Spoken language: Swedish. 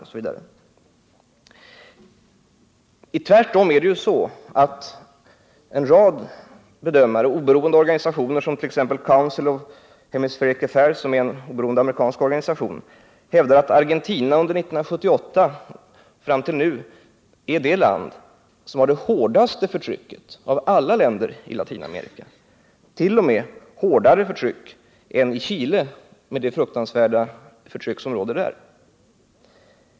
Regeringens ställningstagande är märkligt mot bakgrunden av att en rad bedömare, oberoende organisationer som t.ex. den amerikanska Council of Hemispheric Affairs, hävdar att Argentina under 1978 är det land som har det hårdaste förtrycket av alla länder i Latinamerika, t.o.m. hårdare än det fruktansvärda förtryck som råder i Chile.